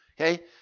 Okay